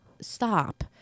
Stop